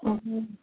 ए